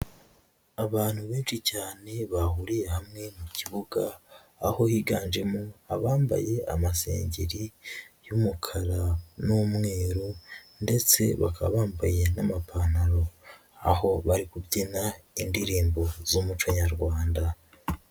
Abantu benshi cyane, bahuriye hamwe mu kibuga, aho higanjemo abambaye amasengeri y'umukara n'umweru, ndetse bakaba bambaye n'amapantaro. Aho bari kubyina, indirimbo z'umuco nyarwanda.